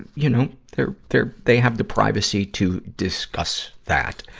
you know, they're, they're, they have the privacy to discuss that.